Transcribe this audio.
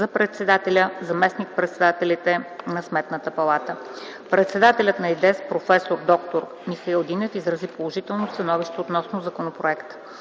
за председателя и заместник-председателите на Сметната палата. Председателят на ИДЕС проф. д-р Михаил Динев изказа положително становище относно законопроекта.